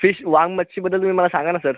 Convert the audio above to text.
fish वांग मच्छीबद्दल तुम्ही मला सांगा ना सर